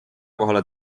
kohale